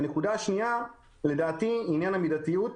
הנקודה השנייה היא עניין המידתיות,